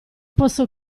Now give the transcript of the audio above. posso